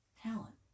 talent